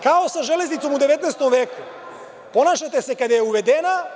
Kao sa železnicom u 19. veku ponašate se kada je uvedena.